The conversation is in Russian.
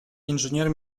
инженер